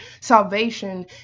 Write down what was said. salvation